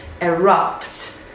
erupt